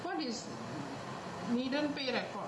what is needn't pay record